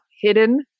hidden